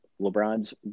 LeBron's